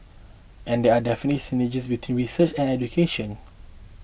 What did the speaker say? and there are definitely synergies between research and education